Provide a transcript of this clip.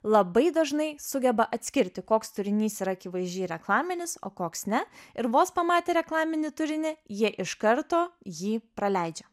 labai dažnai sugeba atskirti koks turinys yra akivaizdžiai reklaminis o koks ne ir vos pamatę reklaminį turinį jie iš karto jį praleidžia